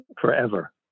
forever